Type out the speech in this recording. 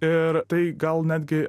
ir tai gal netgi